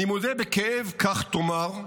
אני מודה בכאב, כך תאמר,